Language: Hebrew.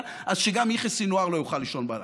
אז שגם יחיא סנוואר לא יוכל לישון בלילה,